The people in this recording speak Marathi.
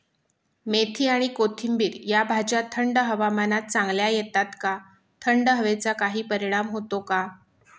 मेथी आणि कोथिंबिर या भाज्या थंड हवामानात चांगल्या येतात का? थंड हवेचा काही परिणाम होतो का?